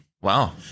Wow